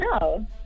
No